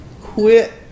quit